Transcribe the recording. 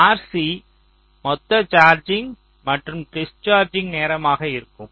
RC மொத்த charging மற்றும் discharging நேரமாக இருக்கும்